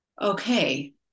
okay